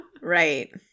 Right